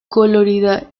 colorida